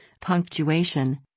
punctuation